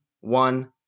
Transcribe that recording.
one